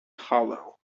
hollow